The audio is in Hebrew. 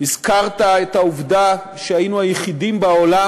הזכרת את העובדה שהיינו היחידים בעולם